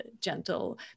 gentle